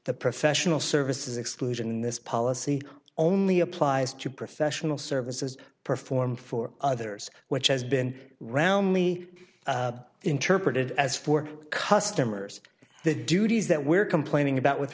that professional services exclusion in this policy only applies to professional services performed for others which has been roundly interpreted as for customers the duties that we're complaining about with